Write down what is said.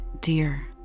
dear